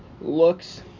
looks